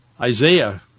Isaiah